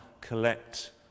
collect